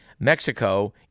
Mexico